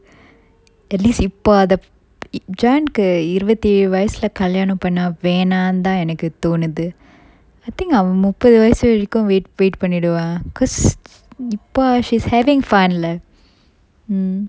at least இப்ப அத:ippa atha jane கு இருவத்தி ஏழு வயசுல கல்யாணம் பண்ண வேணாந்தான் எனக்கு தோணுது:ku iruvathi elu vayasula kalyanam panna venanthan enakku thonuthu I think அவன் முப்பது வயசு வரைக்கும்:avan muppathu vayasu varaikkum wait wait பண்ணிடுவான்:panniduvan cause இப்ப:ippa she's having fun lah